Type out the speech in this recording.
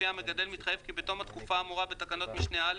לפיה המגדל מתחייב כי בתום התקופה האמורה בתקנת משנה (א),